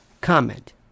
comment